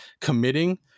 committing